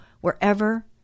wherever